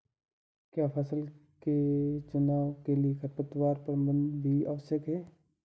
क्या फसल के चुनाव के लिए खरपतवार प्रबंधन भी आवश्यक है?